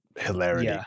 hilarity